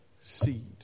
seed